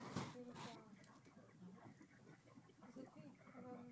באזורים אחרים שאין בהם שירותים לקחת חלק גם שירותים